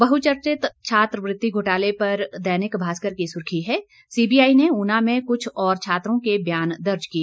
बहचर्चित छात्रवृति घोटाले पर दैनिक भास्कर की सुर्खी है सीबीआई ने ऊना में क्छ और छात्रों के बयान दर्ज किए